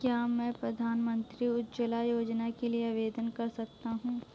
क्या मैं प्रधानमंत्री उज्ज्वला योजना के लिए आवेदन कर सकता हूँ?